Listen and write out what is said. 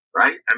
right